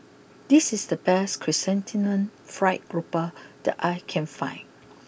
this is the best Chrysanthemum Fried grouper that I can find